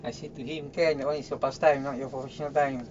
I said to him can that [one] is your pastime not your professional time